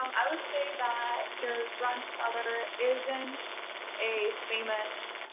i would say that your grandfather isn't a famous